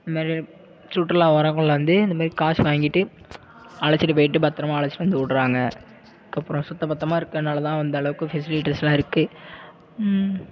இதுமாரி சுற்றுலா வரவங்கள வந்து இந்தமாரி காசு வாங்கிட்டு அழைச்சிட்டு போயிட்டு பத்திரமா அழைச்சிட்டு வந்து விட்றாங்க அதுக்கப்பறம் சுத்தபத்தமாக இருக்கறனால தான் அந்தளவுக்கு ஃபெசிலிட்டிஸ்லாம் இருக்குது